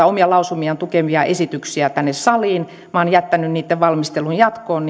omia lausumiaan tukevia esityksiä tänne saliin vaan jättänyt niitten valmistelun jatkoon